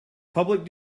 public